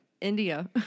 India